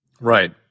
Right